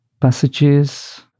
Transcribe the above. passages